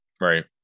right